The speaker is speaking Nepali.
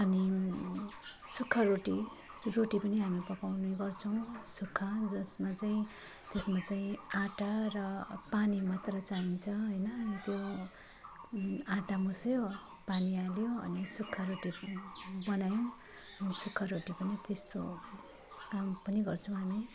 अनि सुख्खा रोटी रोटी पनि हामी पकाउने गर्छौँ सुख्खा जसमा चाहिँ त्यसमा चाहिँ आटा र पानी मात्र चाहिन्छ हैन त्यो आटा मुछ्यो पानी हाल्यो अनि सुख्खा रोटी पनि बनायो अनि सुख्खा रोटी पनि त्यस्तो काम पनि गर्छौँ हामी